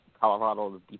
Colorado